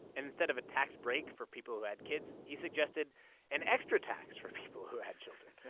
instead of a tax break for people who had kids, he suggested an extra tax for people who had children